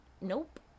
nope